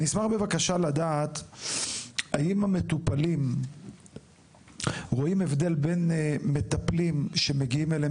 אני אשמח בבקשה לדעת האם המטופלים רואים הבדל בין מטפלים שמגיעים אליהם